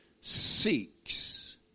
seeks